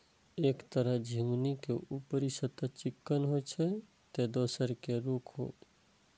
एक तरह झिंगुनी के ऊपरी सतह चिक्कन होइ छै, ते दोसर के रूख